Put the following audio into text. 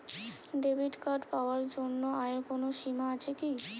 Debit card পাওয়ার জন্য আয়ের কোনো সীমা আছে কি?